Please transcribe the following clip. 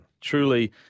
truly